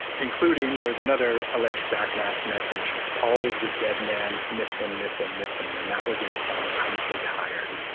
including there was another alleged backmasked message, paul is a dead man, miss him, miss him, miss him. and that was in the song i'm so tired.